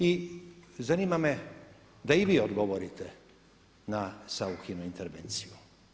I zanima me da i vi odgovorite na Sauchinu intervenciju.